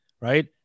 Right